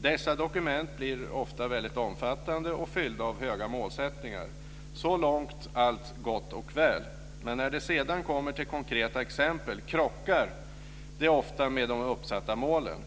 Dessa dokument blir ofta väldigt omfattande och fyllda av höga målsättningar. Så långt är allt gott och väl, men när det sedan kommer till konkreta exempel krockar de ofta med de uppsatta målen.